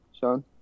sean